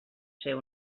ser